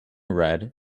red